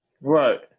right